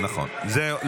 --- זהו.